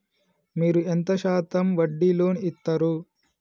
మీరు ఎంత శాతం వడ్డీ లోన్ ఇత్తరు?